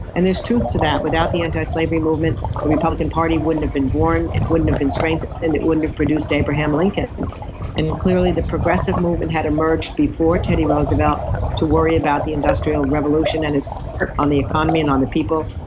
and there's truth to that, without the anti-slavery movement the republican party wouldn't have been born. it wouldn't have been strengthened, it wouldn't have produced abraham lincoln and clearly the progressive movement had emerged before teddy roosevelt to worry about the industrial revolution and it's hurt on the economy and on the people.